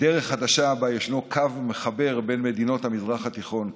דרך חדשה שבה ישנו קו מחבר בין מדינות המזרח התיכון,